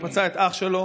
הוא פצע את אח שלו,